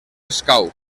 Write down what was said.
escau